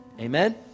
Amen